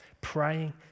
praying